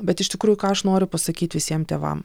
bet iš tikrųjų ką aš noriu pasakyt visiem tėvam